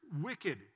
wicked